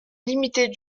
limitée